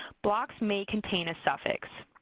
blocks may contain a suffix.